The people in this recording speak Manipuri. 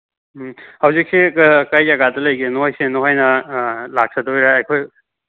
ꯎꯝ ꯍꯧꯖꯤꯛꯁꯤ ꯀꯥꯏ ꯖꯒꯥꯗ ꯂꯩꯒꯦ ꯅꯣꯏꯁꯦ ꯅꯈꯣꯏꯅ ꯂꯥꯛꯆꯗꯣꯏꯔꯥ ꯑꯩꯈꯣꯏ